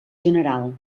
general